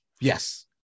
Yes